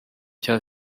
cya